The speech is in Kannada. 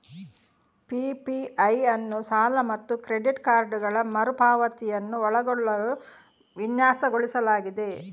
ಪಿ.ಪಿ.ಐ ಅನ್ನು ಸಾಲ ಮತ್ತು ಕ್ರೆಡಿಟ್ ಕಾರ್ಡುಗಳ ಮರು ಪಾವತಿಯನ್ನು ಒಳಗೊಳ್ಳಲು ವಿನ್ಯಾಸಗೊಳಿಸಲಾಗಿದೆ